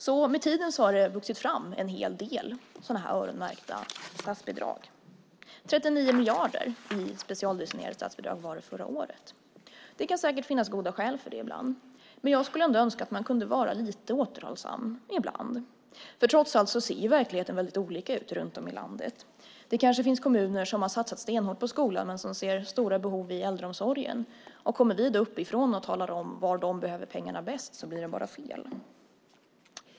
Så med tiden har det vuxit fram en hel del sådana öronmärkta statsbidrag. 39 miljarder i specialdestinerade statsbidrag var det förra året. Det kan säkert finnas goda skäl för det ibland. Jag skulle ändå önska att man kunde vara lite återhållsam ibland. För trots allt ser verkligheten väldigt olika ut runt om i landet. Det kanske finns kommuner som har satsat stenhårt på skolan men som ser stora behov i äldreomsorgen. Kommer vi då uppifrån och talar om var de behöver pengarna bäst blir det bara fel.